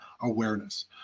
awareness